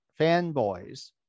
fanboys